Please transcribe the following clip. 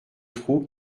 trou